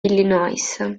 illinois